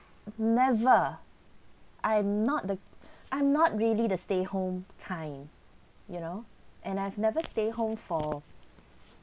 never I'm not the I'm not really the stay home kind you know and I've never stay home for